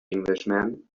englishman